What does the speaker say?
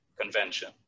convention